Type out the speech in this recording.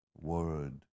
word